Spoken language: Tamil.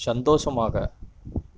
சந்தோஷமாக